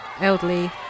elderly